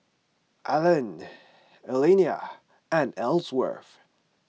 Allan Elliana and Ellsworth